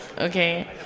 Okay